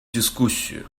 дискуссию